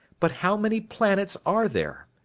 but how many planets are there?